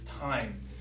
time